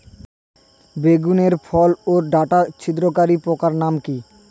বেগুনের ফল ওর ডাটা ছিদ্রকারী পোকার নাম কি?